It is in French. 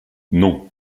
non